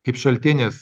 kaip šaltinis